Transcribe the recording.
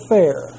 Fair